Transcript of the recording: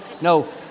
No